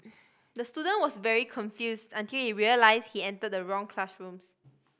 the student was very confused until he realised he entered the wrong classrooms